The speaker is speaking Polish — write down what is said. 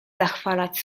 zachwalać